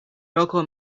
local